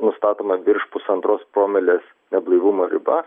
nustatoma virš pusantros promilės neblaivumo riba